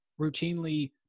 routinely